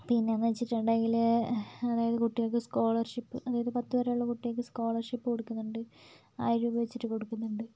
പിന്നെ എന്ന് വെച്ചിട്ടുണ്ടെങ്കിൽ അതായത് കുട്ടികൾക്ക് സ്കോളർഷിപ്പ് അതായത് പത്ത് വരെ ഉള്ള കുട്ടികൾക്ക് സ്കോളർഷിപ്പ് കൊടുക്കുന്നുണ്ട് ആയിരം രൂപ വെച്ചിട്ട് കൊടുക്കുന്നുണ്ട്